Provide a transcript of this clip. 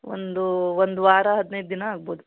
ಒಂದು ಒಂದು ವಾರ ಹದಿನೈದು ದಿನ ಆಗ್ಬೋದು